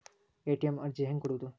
ATM ಅರ್ಜಿ ಹೆಂಗೆ ಕೊಡುವುದು?